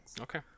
Okay